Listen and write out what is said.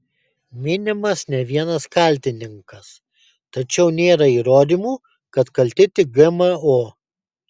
minimas ne vienas kaltininkas tačiau nėra įrodymų kad kalti tik gmo